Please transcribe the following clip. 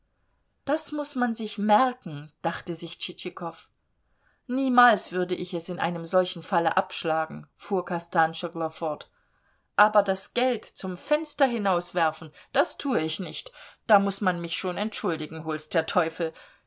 das muß man sich merken dachte sich tschitschikow niemals würde ich es in einem solchen falle abschlagen fuhr kostanschoglo fort aber das geld zum fenster hinauswerfen das tue ich nicht da muß man mich schon entschuldigen hol's der teufel